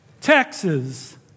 Texas